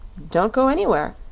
don't go anywhere.